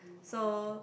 so